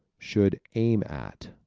should aim at